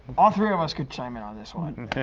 all three of us can chime in on this one.